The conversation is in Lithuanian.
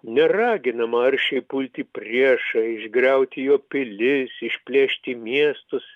neraginama aršiai pulti priešą išgriauti jo pilis išplėšti miestus